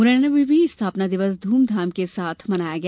मुरैना में भी स्थापना दिवस ध्रमधाम से मनाया गया